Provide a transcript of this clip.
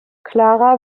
clara